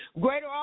greater